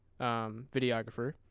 videographer